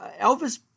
Elvis